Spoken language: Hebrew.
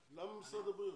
כן, למה משרד הבריאות?